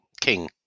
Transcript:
King